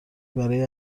برای